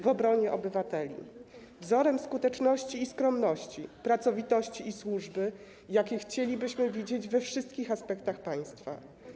w obronie obywateli, wzorem skuteczności i skromności, pracowitości i służby, jakie chcielibyśmy widzieć we wszystkich aspektach państwa.